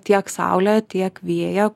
tiek saulę tiek vėją